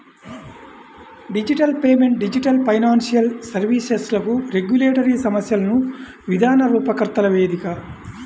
digital payment digital financial సర్వీస్లకు regulatory సమస్యలను విధాన రూపకర్తల వేదిక